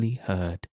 heard